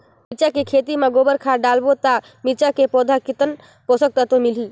मिरचा के खेती मां गोबर खाद डालबो ता मिरचा के पौधा कितन पोषक तत्व मिलही?